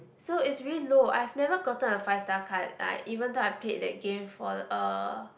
so it's really low I've never gotten a five star card like even though I played that game for l~ uh